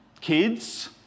Kids